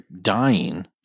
dying